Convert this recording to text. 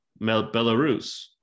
Belarus